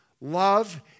love